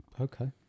Okay